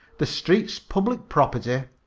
the street's public property.